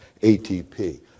ATP